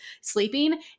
sleeping